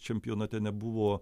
čempionate nebuvo